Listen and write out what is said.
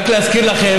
רק להזכיר לכם,